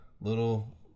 little